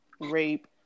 rape